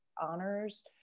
honors